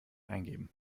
eingeben